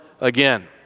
again